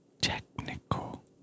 technical